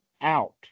out